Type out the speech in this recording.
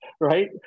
Right